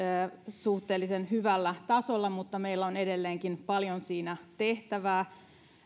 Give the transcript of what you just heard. suhteellisen hyvällä tasolla mutta meillä on edelleenkin paljon siinä tehtävää